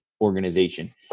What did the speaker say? organization